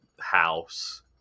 house